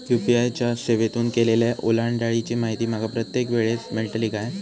UPI च्या सेवेतून केलेल्या ओलांडाळीची माहिती माका प्रत्येक वेळेस मेलतळी काय?